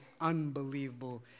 unbelievable